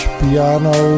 piano